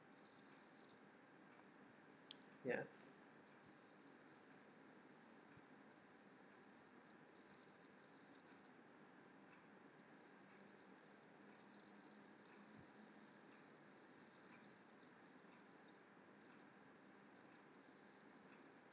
ya